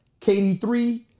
KD3